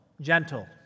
gentle